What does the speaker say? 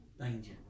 danger